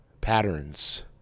patterns